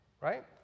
right